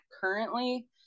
currently